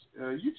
YouTube